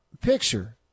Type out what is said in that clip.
picture